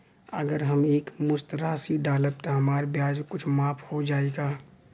अगर हम एक मुस्त राशी डालब त हमार ब्याज कुछ माफ हो जायी का?